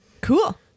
cool